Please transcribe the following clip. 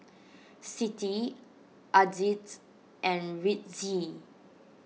Siti Aziz and Rizqi